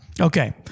okay